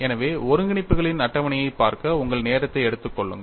எனவே ஒருங்கிணைப்புகளின் அட்டவணையைப் பார்க்க உங்கள் நேரத்தை எடுத்துக் கொள்ளுங்கள்